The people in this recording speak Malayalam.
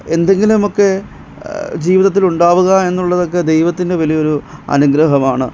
എന്തെങ്കിലുമൊക്കെ ജീവിതത്തിലുണ്ടാവുക എന്നുള്ളതൊക്കെ ദൈവത്തിൻറെ വലിയൊരു അനുഗ്രഹമാണ്